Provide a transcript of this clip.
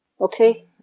okay